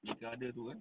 negara tu kan